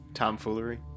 tomfoolery